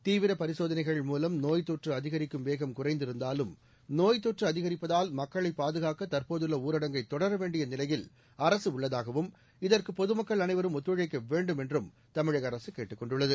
தீவிரப் பரிசோதனைகள் மூலம் நோய்த் தொற்று அதிகரிக்கும் வேகம் குறைந்திருந்தாலும் நோய்த் தொற்று அதிகரிப்பதால் மக்களை பாதுகாக்க தற்போதுள்ள ஊரடங்கை தொடர வேண்டிய நிலையில் அரசு உள்ளதாகவும் இதற்கு பொதுமக்கள் அனைவரும் ஒத்துழைக்க வேண்டும் என்றும் தமிழக அரசு கேட்டுக் கொண்டுள்ளது